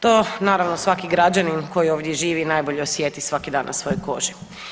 To naravno svaki građanin koji ovdje živi najbolje osjeti svaki dan na svojoj koži.